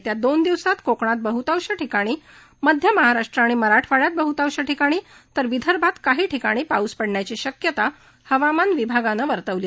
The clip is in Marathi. येत्या दोन दिवसात कोकणात बहतांश ठिकाणी मध्य महाराष्ट्र आणि मराठवाड्यात बहृतांश ठिकाणी तर विदर्भात काही ठिकाणी पाऊस पडण्याची शक्यता हवामान विभागानं वर्तवली आहे